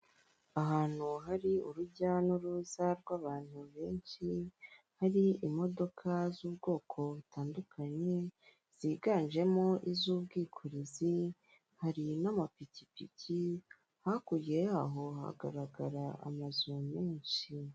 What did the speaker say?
Ahantu hari urujya n'uruza rw'abantu benshi, hari imodoka z'ubwoko butandukanye ziganjemo iz'ubwikorezi, hari n'amapikipiki hakurya yaho hagaragara amazu menshi.